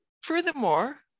furthermore